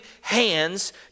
hands